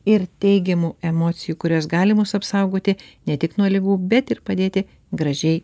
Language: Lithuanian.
ir teigiamų emocijų kurios gali mus apsaugoti ne tik nuo ligų bet ir padėti gražiai